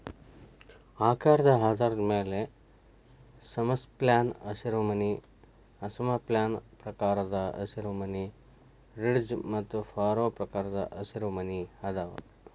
ಆಕಾರದ ಆಧಾರದ ಮ್ಯಾಲೆ ಸಮಸ್ಪ್ಯಾನ್ ಹಸಿರುಮನಿ ಅಸಮ ಸ್ಪ್ಯಾನ್ ಪ್ರಕಾರದ ಹಸಿರುಮನಿ, ರಿಡ್ಜ್ ಮತ್ತು ಫರೋ ಪ್ರಕಾರದ ಹಸಿರುಮನಿ ಅದಾವ